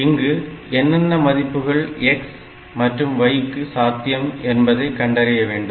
இங்கு என்னென்ன மதிப்புகள் x மற்றும் y க்கு சாத்தியம் என்பதை கண்டறிய வேண்டும்